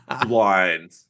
blind